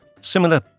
similar